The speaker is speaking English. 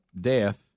death